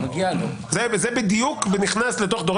זה בדיוק נכנס לזה.